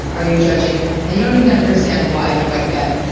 are you judging? and you don't need to understand why quite yet,